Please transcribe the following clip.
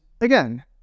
again